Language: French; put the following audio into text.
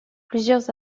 plusieurs